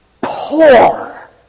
poor